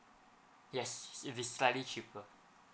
yes it is slightly cheaper